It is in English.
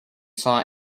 saw